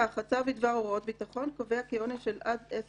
כך הצו בדבר הוראות ביטחון קובע כי עונש של עד 10